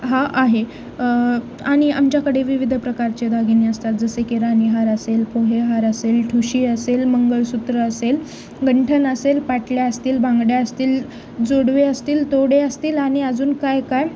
हा आहे आणि आमच्याकडे विविध प्रकारचे दागिने असतात जसे की रानीहार असेल पोहेहार असेल ठुशी असेल मंगळसूत्र असेल गंठन असेल पाटले असतील बांगड्या असतील जोडवे असतील तोडे असतील आणि अजून काय काय